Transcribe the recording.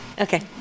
Okay